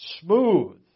smooth